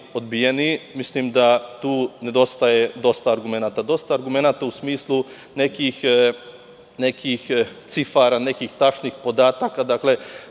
odbijeni, mislim da tu nedostaje dosta argumenata. Dosta argumenata u smislu nekih cifara, nekih tačnih podataka. Ukoliko